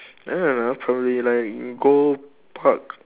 I don't know probably like you go ~pak